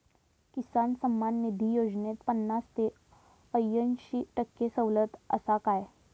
किसान सन्मान निधी योजनेत पन्नास ते अंयशी टक्के सवलत आसा काय?